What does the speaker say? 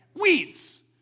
Weeds